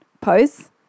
pose